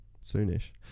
soon-ish